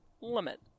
limit